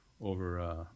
over, –